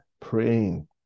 praying